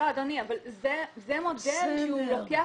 אדוני, זה מודל שהוא לוקח